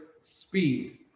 speed